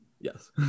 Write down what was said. Yes